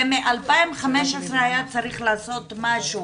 ומ-2015 היה צריך לעשות משהו.